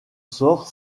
sort